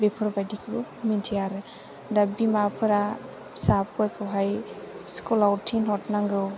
बेफोरबायदिखौ मिथिया आरो दा बिमाफोरा फिसाफोरखौहाय स्कुलाव थिनहरनांगौ